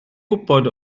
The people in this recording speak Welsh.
gwybod